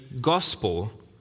gospel